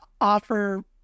offer